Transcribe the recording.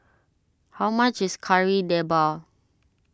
how much is Kari Debal